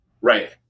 Right